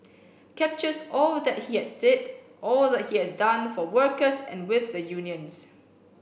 captures all that he had said all that he has done for workers and with the unions